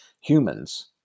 humans